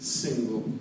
single